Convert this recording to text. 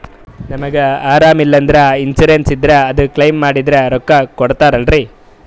ನಮಗ ಅರಾಮ ಇಲ್ಲಂದ್ರ ಇನ್ಸೂರೆನ್ಸ್ ಇದ್ರ ಅದು ಕ್ಲೈಮ ಮಾಡಿದ್ರ ರೊಕ್ಕ ಕೊಡ್ತಾರಲ್ರಿ?